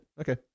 Okay